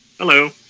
Hello